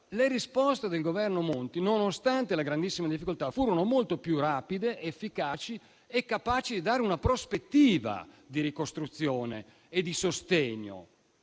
Le risposte del Governo Monti, nonostante le grandissime difficoltà, furono molto più rapide, efficaci e capaci di dare una prospettiva di ricostruzione e di sostegno: